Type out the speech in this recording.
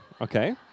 Okay